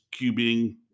cubing